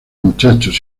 muchachos